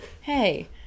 Hey